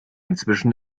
inzwischen